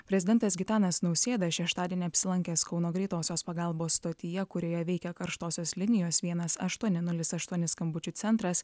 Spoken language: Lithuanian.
prezidentas gitanas nausėda šeštadienį apsilankęs kauno greitosios pagalbos stotyje kurioje veikia karštosios linijos vienas aštuoni nulis aštuoni skambučių centras